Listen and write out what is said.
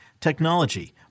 technology